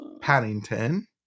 Paddington